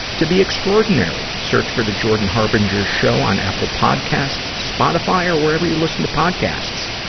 to be extraordinary. search for the jordan harbinger show on apple podcasts, spotify, or wherever you listen to podcasts,